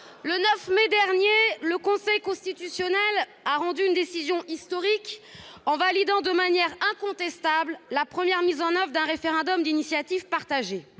Le 9 mai dernier, le Conseil constitutionnel a rendu une décision historique en validant de manière incontestable la première mise en oeuvre d'un référendum d'initiative partagée.